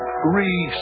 three